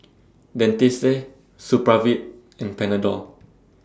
Dentiste Supravit and Panadol